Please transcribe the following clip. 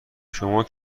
شما